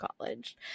college